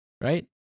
right